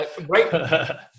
right